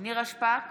נירה שפק,